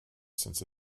since